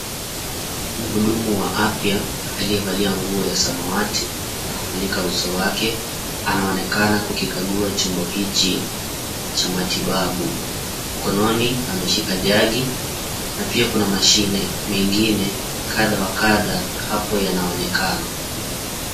Mhudumu wa afya, aliyevalia nguo ya samawati na kufunika uso wake, anaonekana kukikagua chombo hichi cha matibabu. Mkononi ameshika jagi na pia kuna mashine mengine kadha wa kadha hapo yanaonekana.